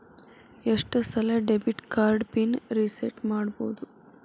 ಎಷ್ಟ ಸಲ debit card PIN reset ಮಾಡಬೋದು